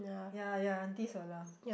ya ya aunties will laugh